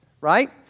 right